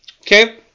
Okay